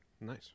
Nice